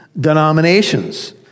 denominations